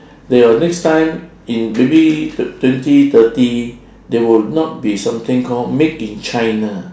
there will next time in maybe twenty thirty there will not be something call made in china